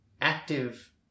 active